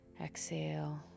exhale